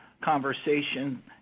conversation